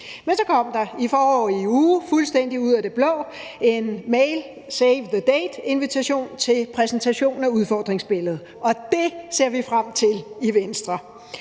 der i forrige uge fuldstændig ud af det blå en mail med en save the date-invitation til præsentationen af udfordringsbilledet, og det ser vi frem til i Venstre.